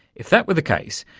if that were the case,